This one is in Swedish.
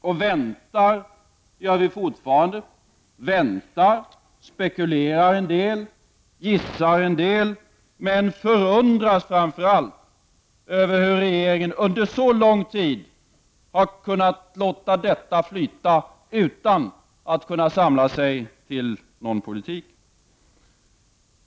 Vi väntar fortfarande, väntar, spekulerar och gissar en del, men framför allt förundras vi över hur regeringen under så lång tid har låtit detta flyta utan att kunna samla sig till någon politik.